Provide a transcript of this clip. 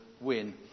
win